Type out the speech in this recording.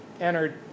entered